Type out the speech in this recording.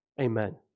amen